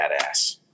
badass